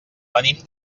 venim